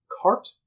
cart